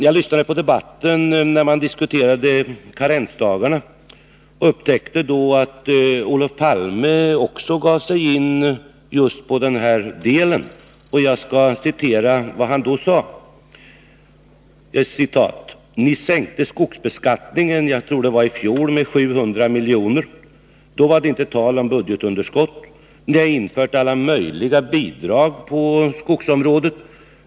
Jag lyssnade på debatten om karensdagarna och upptäckte då att Olof Palme kommenterade just detta. Jag skall citera vad han sade: ”Ni sänkte skogsbeskattningen — jag tror det var i fjol — med 700 miljoner. Då var det inte tal om budgetunderskott. Ni har infört alla möjliga bidrag på skogsområdet.